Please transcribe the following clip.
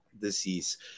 disease